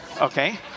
okay